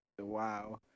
Wow